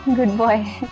good boy.